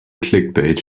clickbait